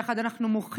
יחד אנחנו מוחים